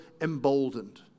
emboldened